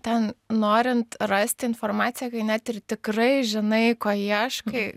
ten norint rasti informaciją kai net ir tikrai žinai ko ieškai